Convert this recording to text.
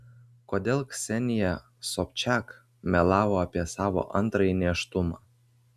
kodėl ksenija sobčiak melavo apie savo antrąjį nėštumą